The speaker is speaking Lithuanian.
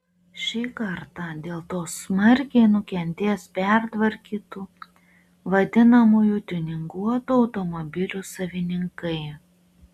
šį kartą dėl to smarkiai nukentės pertvarkytų vadinamųjų tiuninguotų automobilių savininkai